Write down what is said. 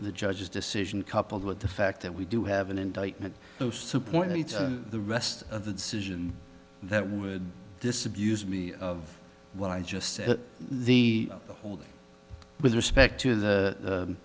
the judge's decision coupled with the fact that we do have an indictment osu pointed to the rest of the decision that would disabuse me of what i just said the whole thing with respect to the